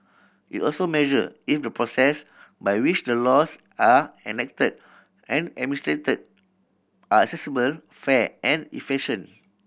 it also measure if the process by which the laws are enacted and administered are accessible fair and efficient